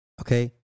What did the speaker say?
Okay